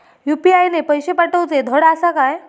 UPI ने पैशे पाठवूचे धड आसा काय?